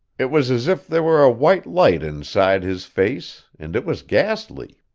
it was as if there were a white light inside his face, and it was ghastly.